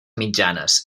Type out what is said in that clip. mitjanes